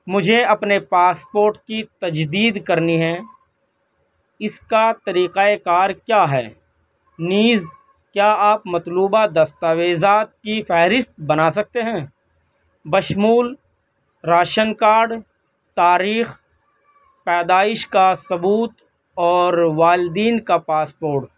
مجھے اپنے پاسپورٹ کی تجدید کرنی ہے اس کا طریقہ کار کیا ہے نیز کیا آپ مطلوبہ دستاویزات کی فہرست بنا سکتے ہیں بشمول راشن کارڈ تاریخ پیدائش کا ثبوت اور والدین کا پاسپورڈ